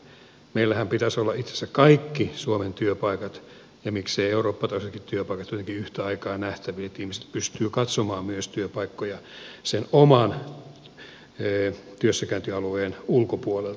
meillähän pitäisi olla itse asiassa kaikki suomen työpaikat ja miksei eurooppalaisetkin työpaikat jotenkin yhtä aikaa nähtävillä että ihmiset pystyvät katsomaan työpaikkoja myös sen oman työssäkäyntialueen ulkopuolelta